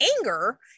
anger